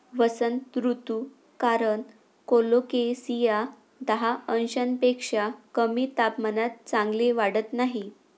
वसंत ऋतू कारण कोलोकेसिया दहा अंशांपेक्षा कमी तापमानात चांगले वाढत नाही